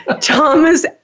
Thomas